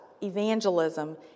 evangelism